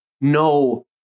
No